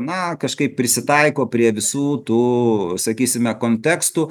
na kažkaip prisitaiko prie visų tų sakysime kontekstų